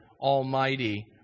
Almighty